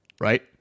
right